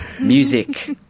music